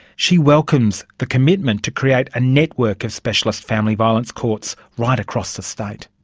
she welcomes the commitment to create a network of specialist family violence courts right across the state.